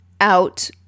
out